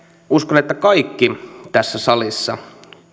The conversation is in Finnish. uskon että kaikki tässä salissa